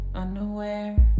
unaware